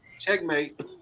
Checkmate